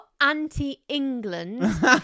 anti-England